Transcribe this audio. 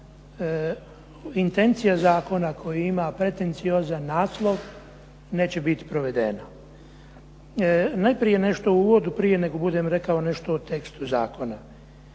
intencija zakona koji ima pretenciozan naslov neće biti provedeno. Najprije nešto u uvodu prije nego budem rekao nešto o tekstu zakona.